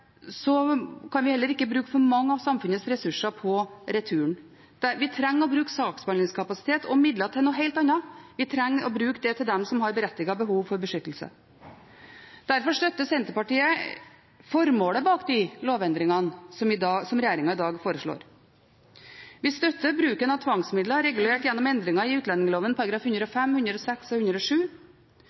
bruke saksbehandlingskapasitet og midler til noe helt annet. Vi trenger å bruke det til dem som har berettiget behov for beskyttelse. Derfor støtter Senterpartiet formålet som ligger bak de lovendringene som regjeringen i dag foreslår. Vi støtter bruken av tvangsmidler regulert gjennom endringer i utlendingsloven §§ 105, 106 og 107,